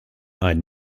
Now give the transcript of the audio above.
ein